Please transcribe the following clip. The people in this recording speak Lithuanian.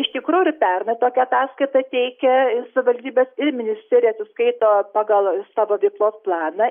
iš tikrųjų ir pernai tokią ataskaitą teikė ir savivaldybės ir ministerija atsiskaito pagal savo veiklos planą